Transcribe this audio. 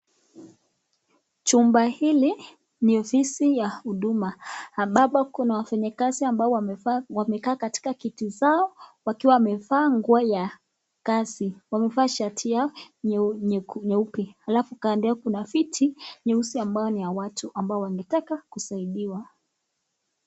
Chumba hili ni ofisi ya huduma, ambapo kuna wafanyikazi ambao wamekaa katika viti zao, wakiwa wamevaa nguo ya kazi, wamevaa shati yao nyeupe, alafu kando yao luna viti nyeusi ambayo ni ya watu wangetaka kusaidiwa.